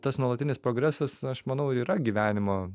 tas nuolatinis progresas aš manau ir yra gyvenimo